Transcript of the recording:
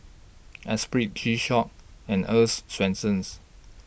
Espirit G Shock and Earl's Swensens